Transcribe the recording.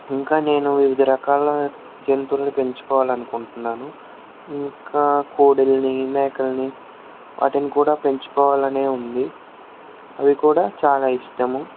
ఇంకా నేను వివిధ రకాల జంతువులను పెంచుకోవాలని అనుకుంటూన్నాను ఇంకా కోడులని మేకలని వాటిని కూడ పెంచుకోవాలనే ఉంది అవి కూడ చాల ఇష్టము